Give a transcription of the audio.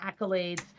accolades